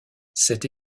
cette